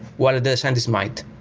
while the scientist might.